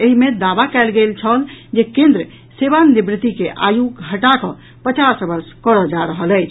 एहि मे दावा कयल गेल छल जे केन्द्र सेवा निवृति के आयु घटा कऽ पचास वर्ष कइऽ जा रहल अछि